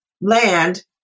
land